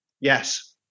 Yes